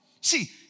See